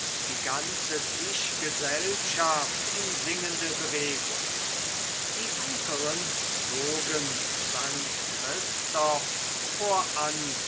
die ganze tischgesellschaft in singende bewegung die unteren zogen st christoph voran